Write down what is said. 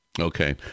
Okay